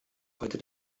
heute